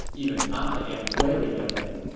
even i am wary of him.